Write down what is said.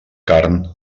carn